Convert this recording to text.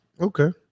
Okay